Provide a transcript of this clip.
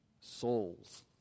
souls